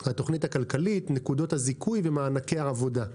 נקודות הזיכוי ומענקי העבודה.